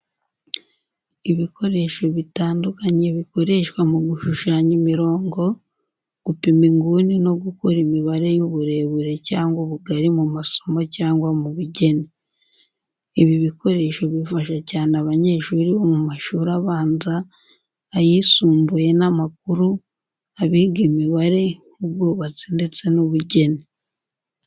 Ibikoresho bitandukanye bikoreshwa mu gushushanya imirongo, gupima inguni no gukora imibare y’uburebure cyangwa ubugari mu masomo cyangwa mu bugeni. Ibi bikoresho bifasha cyane abanyeshuri bo mu mashuri abanza, ayisumbuye n'amakuru, abiga imibare, ubwubatsi, ndetse n’ubugeni.